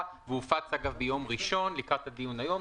והופץ ביום ראשון לקראת הדיון היום,